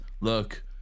look